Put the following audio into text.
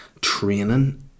training